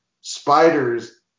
spiders